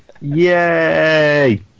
Yay